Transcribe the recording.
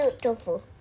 beautiful